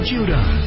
Judah